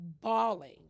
bawling